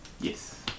Yes